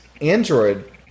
Android